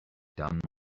done